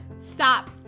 stop